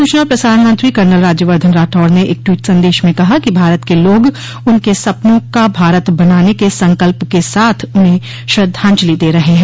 सूचना और प्रसारण मंत्री कर्नल राज्यवर्द्धन राठौड़ ने एक ट्वीट संदेश में कहा कि भारत के लोग उनके सपनों का भारत बनाने के संकल्प के साथ उन्हें श्रद्धांजलि दे रहे हैं